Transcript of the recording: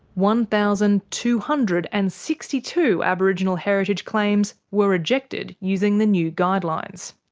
one thousand two hundred and sixty two aboriginal heritage claims were rejected using the new guidelines.